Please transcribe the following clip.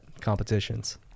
competitions